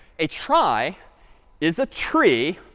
a trie is a tree,